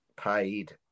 paid